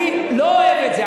פתחון פה, אני לא אוהב את זה.